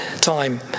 time